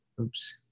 oops